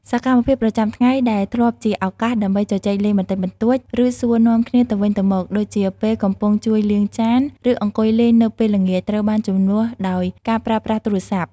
សកម្មភាពប្រចាំថ្ងៃដែលធ្លាប់ជាឱកាសដើម្បីជជែកលេងបន្តិចបន្តួច ឬសួរនាំគ្នាទៅវិញទៅមក ដូចជាពេលកំពុងជួយលាងចាន ឬអង្គុយលេងនៅពេលល្ងាច ត្រូវបានជំនួសដោយការប្រើប្រាស់ទូរស័ព្ទ។